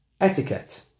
etiquette